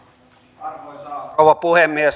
arvoisa rouva puhemies